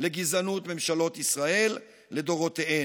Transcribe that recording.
לגזענות ממשלות ישראל לדורותיהן,